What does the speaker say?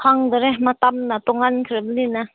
ꯈꯪꯗꯔꯦ ꯃꯇꯝꯅ ꯇꯣꯉꯥꯟꯈ꯭ꯔꯕꯅꯤꯅ